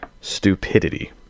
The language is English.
stupidity